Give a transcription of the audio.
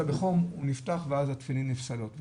בחום הוא נפתח ואז התפילין נפסלות לך.